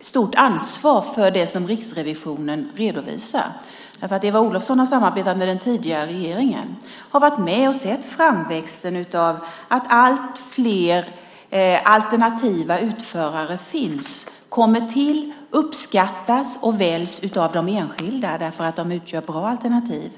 stort ansvar för det som Riksrevisionen redovisar, eftersom hon har samarbetat med den tidigare regeringen och har varit med och sett framväxten av detta. Allt fler alternativa utförare finns, kommer till, uppskattas och väljs av de enskilda därför att de utgör bra alternativ.